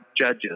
judges